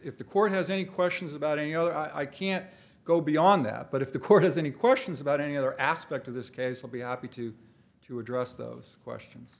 the court has any questions about any oh i can't go beyond that but if the court has any questions about any other aspect of this case i'll be happy to to address those questions